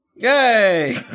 Yay